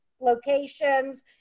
locations